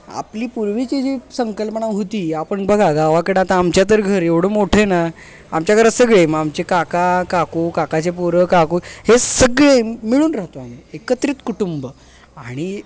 आपली पूर्वीची जी संकल्पना होती आपण बघा गावाकडं आता आमच्या तर घर एवढं मोठ आहे ना आमच्या घरात सगळे म आमचे काका काकू काकाचे पोरं काकू हे सगळे मिळून राहतो आम्ही एकत्रित कुटुंब आणि